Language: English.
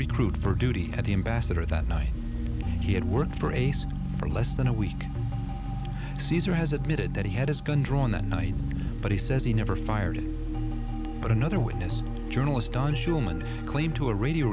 recruit for duty at the ambassador that night he had worked brace for less than a week caesar has admitted that he had his gun drawn that night but he says he never fired it but another witness journalist on schulman claimed to a radio